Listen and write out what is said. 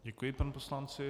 Děkuji panu poslanci.